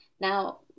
now